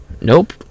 Nope